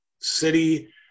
city